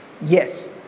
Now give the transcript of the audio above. Yes